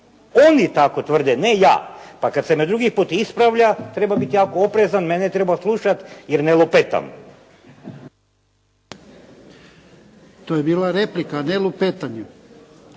Oni tako tvrde, ne ja. Pa kad me se drugi put ispravlja treba biti jako oprezan. Mene treba slušati, jer ne lupetam. **Jarnjak, Ivan